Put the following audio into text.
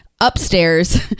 upstairs